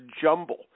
jumble